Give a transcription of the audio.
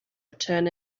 return